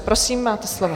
Prosím, máte slovo.